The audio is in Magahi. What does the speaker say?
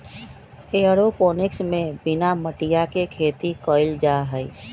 एयरोपोनिक्स में बिना मटिया के खेती कइल जाहई